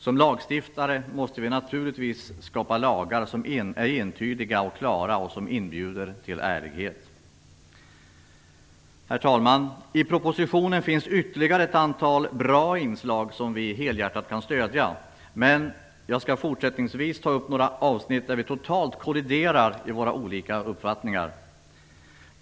Som lagstiftare måste vi naturligtvis skapa lagar som är entydiga och klara och som inbjuder till ärlighet. Herr talman! I propositionen finns det ytterligare ett antal bra inslag som vi helhjärtat kan stödja. Men jag skall fortsättningsvis ta upp några avsnitt där vi totalt kolliderar i våra olika uppfattningar.